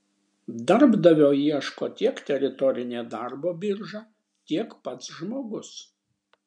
darbdavio ieško tiek teritorinė darbo birža tiek pats žmogus